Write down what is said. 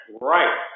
Right